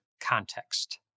context